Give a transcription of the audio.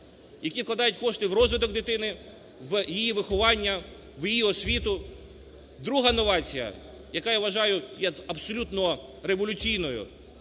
які вкладають кошти в розвиток дитини, в її виховання, в її освіту. Друга новація, яка, я вважаю, є абсолютно революційною,